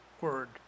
word